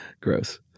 Gross